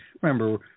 remember